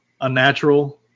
unnatural